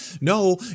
no